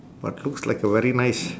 but looks like a very nice